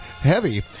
heavy